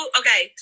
okay